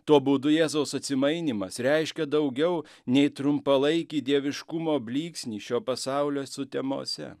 tuo būdu jėzaus atsimainymas reiškia daugiau nei trumpalaikį dieviškumo blyksnį šio pasaulio sutemose